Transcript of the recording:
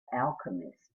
alchemists